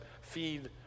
feed